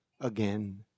again